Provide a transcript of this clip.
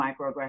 microaggressions